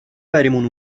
بریمون